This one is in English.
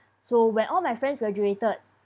so when all my friends graduated